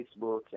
Facebook